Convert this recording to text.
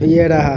ये रहा